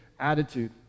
attitude